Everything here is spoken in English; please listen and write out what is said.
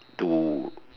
to